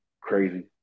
crazy